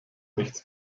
nichts